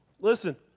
listen